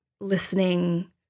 listening